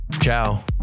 ciao